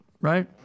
right